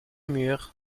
murs